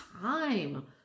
time